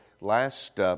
Last